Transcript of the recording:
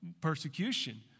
persecution